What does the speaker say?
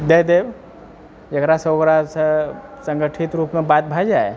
दए देब जेकरासँ ओकरासँ सङ्गठित रूपमे बात भए जाय